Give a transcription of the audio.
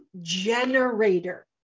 generator